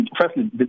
firstly